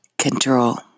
Control